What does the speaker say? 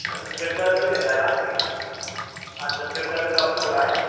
अच्छा सिर दर्द भी रहता है आपके अच्छा सिर दर्द कब से हो रहा है